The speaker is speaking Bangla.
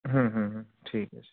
হুম হুম হুম ঠিক আছে